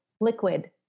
liquid